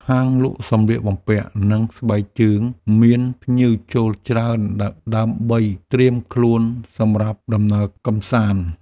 ហាងលក់សម្លៀកបំពាក់ និងស្បែកជើងមានភ្ញៀវចូលច្រើនដើម្បីត្រៀមខ្លួនសម្រាប់ដំណើរកម្សាន្ត។